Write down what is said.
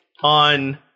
on